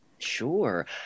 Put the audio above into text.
Sure